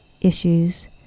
issues